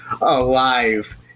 alive